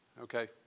Okay